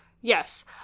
Yes